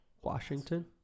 Washington